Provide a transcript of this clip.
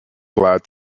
glad